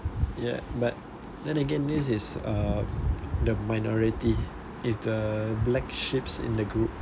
ya but then again this is uh the minority it's the black sheep in the group